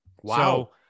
Wow